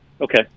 Okay